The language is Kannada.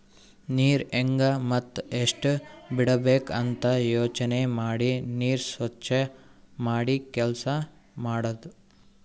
ನೀರ್ ಹೆಂಗ್ ಮತ್ತ್ ಎಷ್ಟ್ ಬಿಡಬೇಕ್ ಅಂತ ಯೋಚನೆ ಮಾಡಿ ನೀರ್ ಸ್ವಚ್ ಮಾಡಿ ಕೆಲಸ್ ಮಾಡದು